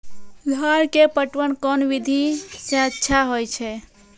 धान के पटवन कोन विधि सै अच्छा होय छै?